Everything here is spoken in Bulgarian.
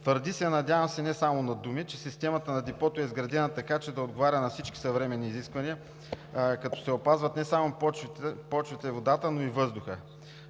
Твърди се, надявам се не само на думи, че системата на депото е изградена така, че да отговаря на всички съвременни изисквания, като се опазват не само почвите и водата, но и въздухът.